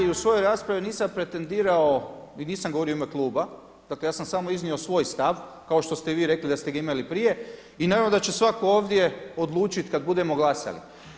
Ja i u svojoj raspravi nisam pretendirao i nisam govorio u ime kluba, dakle ja sam samo iznio svoj stav kao što ste vi rekli da ste ga imali prije i naravno da će svako ovdje odlučiti kada budemo glasali.